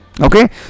Okay